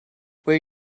where